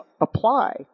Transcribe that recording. apply